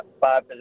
five